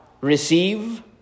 Receive